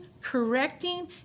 correcting